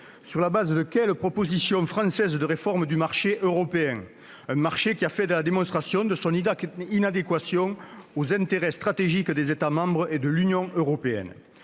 Sur la base de quelles propositions françaises de réforme du marché européen ? Un marché qui a démontré son inadéquation avec les intérêts stratégiques des États membres et de l'Union européenne.